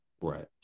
Right